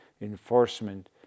enforcement